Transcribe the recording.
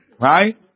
right